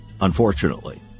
unfortunately